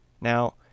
Now